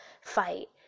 fight